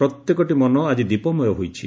ପ୍ରତ୍ୟେକଟି ମନ ଆକି ଦୀପମୟ ହୋଇଛି